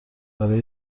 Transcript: برای